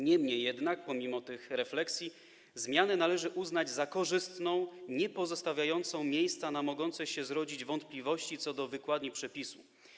Niemniej jednak pomimo tych refleksji zmiany należy uznać za korzystne i niepozostawiające miejsca na mogące się zrodzić wątpliwości co do wykładni przepisu.